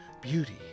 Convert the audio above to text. beauty